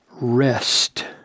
rest